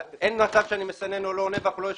ואין מצב שאני מסנן או לא עונה או אנחנו לא יושבים.